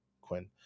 Quinn